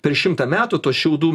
per šimtą metų tos šiaudų